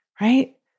right